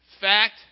Fact